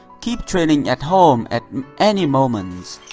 keep training at home, at any moment.